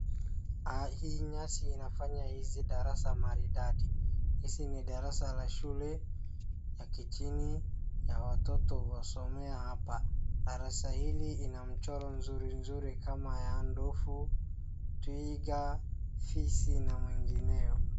Hii nyasi inafanya hizi darasa maridadi. Hizi ni darasa la shule ya kichini na watoto wanasomea hapa. Darasa hili lina mchoro mzurimzuri kama ya ndovu, twiga, fisa na mengineo.